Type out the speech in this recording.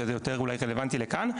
שזה יותר אולי רלוונטי לכאן,